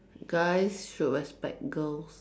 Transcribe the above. guys should respect girls